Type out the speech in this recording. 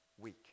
week